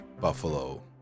buffalo